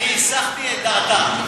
הסחתי את דעתה.